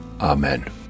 Amen